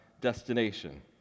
destination